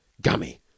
Gummy